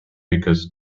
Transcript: because